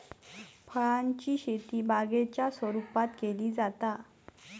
फळांची शेती बागेच्या स्वरुपात केली जाता